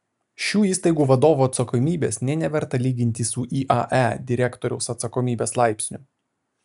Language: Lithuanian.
šių įstaigų vadovų atsakomybės nė neverta lyginti su iae direktoriaus atsakomybės laipsniu